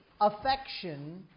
affection